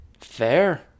Fair